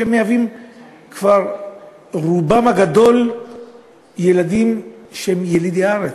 שכבר רובם הגדול הם ילידי הארץ.